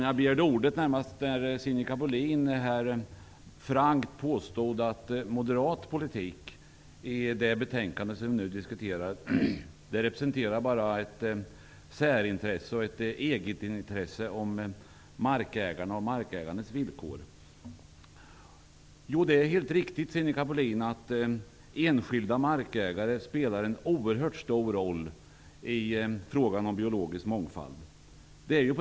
Jag begärde ordet närmast därför att Sinikka Bohlin frankt påstod att den moderata politik som kommer till uttryck i det betänkande vi nu diskuterar bara representerar ett särintresse och ett egenintresse och styrs av markägarnas villkor. Det är helt riktigt, Sinikka Bohlin, att enskilda markägare spelar en oerhört stor roll i frågan om biologisk mångfald.